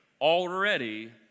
already